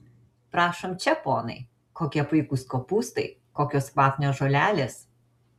prašom čia ponai kokie puikūs kopūstai kokios kvapnios žolelės